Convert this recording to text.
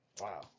Wow